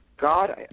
God